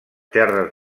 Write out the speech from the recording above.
terres